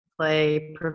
play